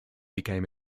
became